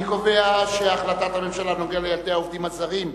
אני קובע שהחלטת הממשלה בנוגע לילדי העובדים הזרים,